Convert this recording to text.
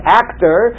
actor